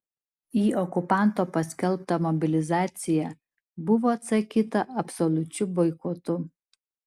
į okupanto paskelbtą mobilizaciją buvo atsakyta absoliučiu boikotu